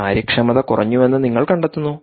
കാര്യക്ഷമത കുറഞ്ഞുവെന്ന് നിങ്ങൾ കണ്ടെത്തുന്നു